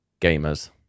gamers